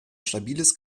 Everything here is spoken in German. stabiles